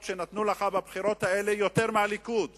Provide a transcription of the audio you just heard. הרי הפחידו אותנו מהצונאמי הכלכלי בעולם,